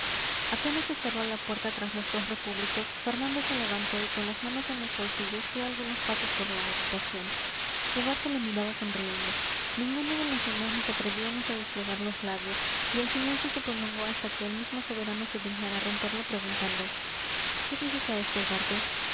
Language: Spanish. apenas se cerró la puerta tras los dos repúblicos fernando se levantó y con las manos en los bolsillos dio algunos pasos por la habitación ugarte le miraba sonriendo ninguno de los demás nos atrevíamos a desplegar los labios y el silencio se prolongó hasta que el mismo soberano se dignara romperlo preguntando qué dices a esto ugarte